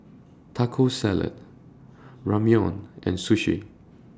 Taco Salad Ramyeon and Sushi